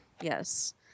yes